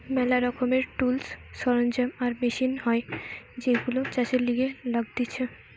ম্যালা রকমের টুলস, সরঞ্জাম আর মেশিন হয় যেইগুলো চাষের লিগে লাগতিছে